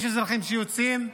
יש אזרחים שיוצאים.